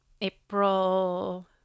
April